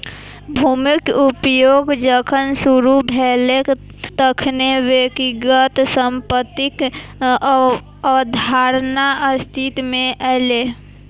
भूमिक उपयोग जखन शुरू भेलै, तखने व्यक्तिगत संपत्तिक अवधारणा अस्तित्व मे एलै